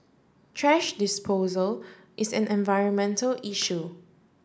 Thrash disposal is an environmental issue